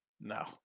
No